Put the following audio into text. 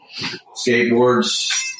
skateboards